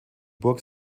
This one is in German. burg